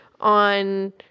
on